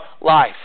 life